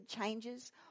changes